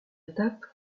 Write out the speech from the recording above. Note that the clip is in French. étape